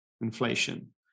inflation